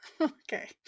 okay